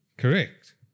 Correct